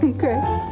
Okay